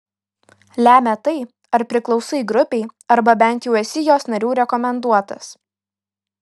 lemia tai ar priklausai grupei arba bent jau esi jos narių rekomenduotas